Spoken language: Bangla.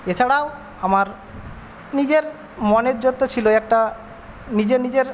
এছাড়াও আমার নিজের মনের জোর তো ছিলই একটা নিজের নিজের